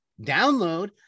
download